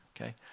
okay